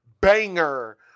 Banger